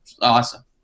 awesome